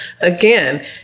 Again